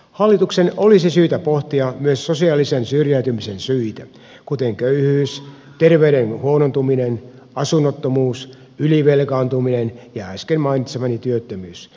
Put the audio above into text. hallituksen olisi syytä pohtia myös sosiaalisen syrjäytymisen syitä kuten köyhyys terveyden huonontuminen asunnottomuus ylivelkaantuminen ja äsken mainitsemani työttömyys